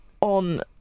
on